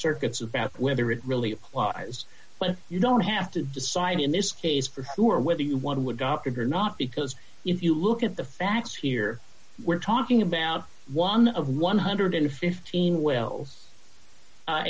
circuits about whether it really applies when you don't have to decide in this case for who or whether you want to adopt or not because if you look at the facts here we're talking about one of one hundred and fifteen well